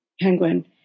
Penguin